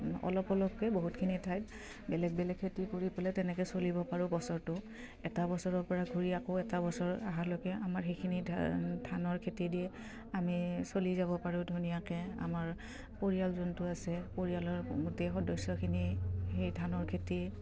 অলপ অলপকে বহুতখিনি ঠাইত বেলেগ বেলেগ খেতি কৰি পেলাই তেনেকে চলিব পাৰোঁ বছৰটো এটা বছৰৰ পৰা ঘূৰি আকৌ এটা বছৰ আহালৈকে আমাৰ সেইখিনি ধানৰ খেতি দি আমি চলি যাব পাৰোঁ ধুনীয়াকে আমাৰ পৰিয়াল যোনটো আছে পৰিয়ালৰ গোটেই সদস্যখিনি সেই ধানৰ খেতি